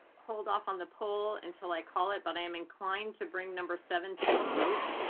hold off on the poll until i call it but i'm inclined to bring number seven to a vote.